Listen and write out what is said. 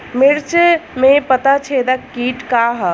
मिर्च में पता छेदक किट का है?